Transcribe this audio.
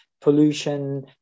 pollution